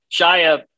Shia